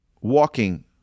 walking